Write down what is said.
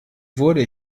wurde